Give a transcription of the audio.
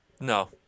No